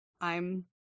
I'm-